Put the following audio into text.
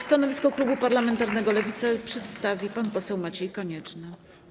Stanowisko klubu parlamentarnego Lewicy przedstawi pan poseł Maciej Konieczny.